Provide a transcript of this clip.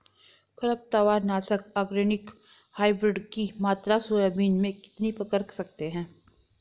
खरपतवार नाशक organic hybrid की मात्रा सोयाबीन में कितनी कर सकते हैं?